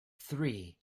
three